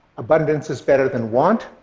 abundance is better than want,